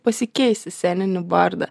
pasikeisti sceninį vardą